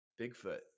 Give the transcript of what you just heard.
Bigfoot